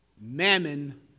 Mammon